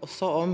om